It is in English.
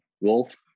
Wolf